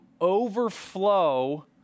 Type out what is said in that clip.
overflow